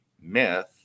myth